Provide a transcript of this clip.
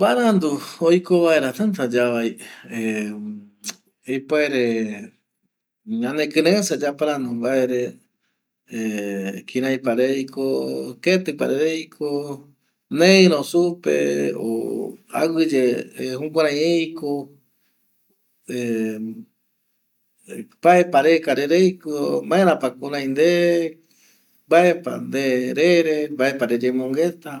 Barandu oiko vaera tata yavai ˂Hesitation˃ ipuere ko yaipota esa yande kirei yaparandu mbaere ˂Hesitation˃ kireipa reiko, ketipa reo reiko, mbaepa reyapo rei, mbaepa deyemongueta.